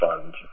Fund